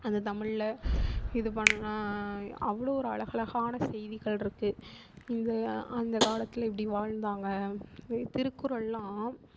அது தமிழில் இது பண்ணலாம் அவ்வளோ ஒரு அழகழகான செய்திகள் இருக்கு இந்த அந்தகாலத்தில் எப்படி வாழ்ந்தாங்க திருக்குறள்லாம்